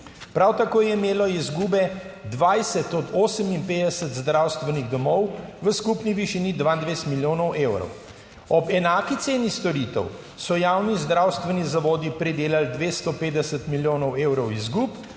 Prav tako je imelo izgube 20 od 58 zdravstvenih domov v skupni višini 22 milijonov evrov. Ob enaki ceni storitev so javni zdravstveni zavodi pridelali 250 milijonov evrov izgub,